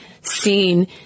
seen